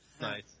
nice